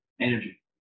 energy